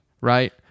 right